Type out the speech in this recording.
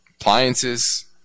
appliances